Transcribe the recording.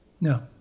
no